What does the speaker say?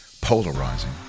polarizing